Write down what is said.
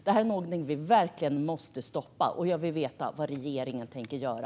Det är någonting som vi verkligen måste stoppa. Jag vill veta vad regeringen tänker göra.